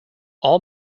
all